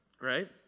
right